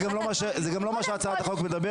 זה גם לא מה שהצעת החוק מדברת.